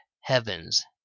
Heavens